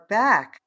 back